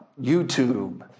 YouTube